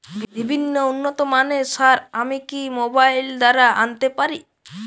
বিভিন্ন উন্নতমানের সার আমি কি মোবাইল দ্বারা আনাতে পারি?